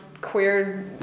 queer